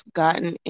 gotten